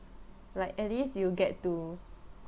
like at least you get to